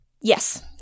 Yes